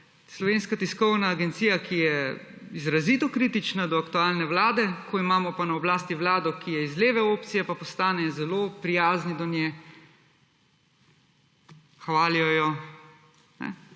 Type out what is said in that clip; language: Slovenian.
Slovenska tiskovna agencija, ki je izrazito kritična do aktualne vlade, ko imamo pa na oblasti vlado, ki je iz leve opcije, pa postanejo zelo prijazni do nje, hvalijo jo.